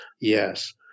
Yes